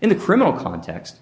in the criminal context